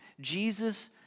Jesus